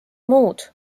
muud